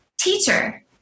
teacher